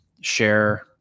share